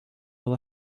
will